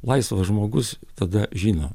laisvas žmogus tada žino